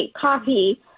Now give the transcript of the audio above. coffee